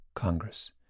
Congress